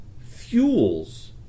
fuels